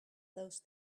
those